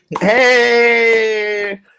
Hey